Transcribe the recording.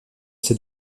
ces